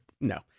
No